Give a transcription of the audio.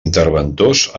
interventors